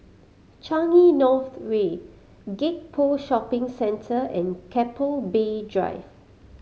Changi North Way Gek Poh Shopping Centre and Keppel Bay Drive